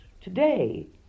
today